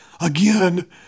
again